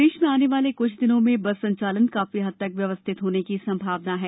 प्रदेश में आने वाले कुछ दिनों में बस संचालन काफी हद तक व्यवस्थित होने की संभावना है